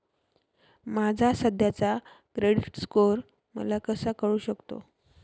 माझा सध्याचा credit score मला कसा कळू शकतो?